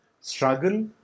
Struggle